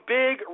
big